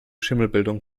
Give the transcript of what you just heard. schimmelbildung